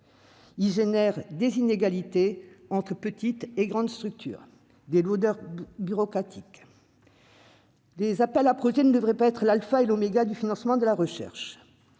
Ils génèrent des inégalités entre petites et grandes structures, ainsi que des lourdeurs bureaucratiques. Les appels à projets ne devraient pas être l'alpha et l'oméga du financement de la recherche.